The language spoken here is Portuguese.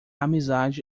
amizade